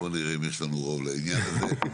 בואו נראה אם יש לנו רוב לעניין הזה.